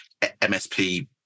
msp